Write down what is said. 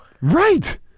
Right